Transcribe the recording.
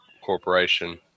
Corporation